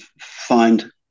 find